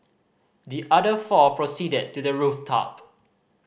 the other four proceeded to the rooftop